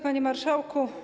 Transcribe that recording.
Panie Marszałku!